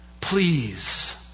Please